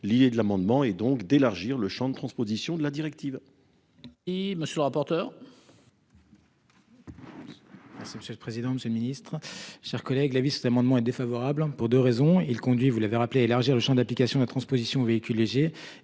L'idée de l'amendement et donc d'élargir le Champ de transposition de la directive.-- Il me suis rapporteur.-- C'est monsieur le président, Monsieur le Ministre, chers collègues, la vie, cet amendement est défavorable pour 2 raisons. Il conduit. Vous l'avez rappelé, élargir le Champ d'application de la transposition véhicules légers